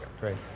great